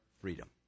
freedom